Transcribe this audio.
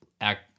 act –